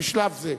בשלב זה.